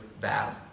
battle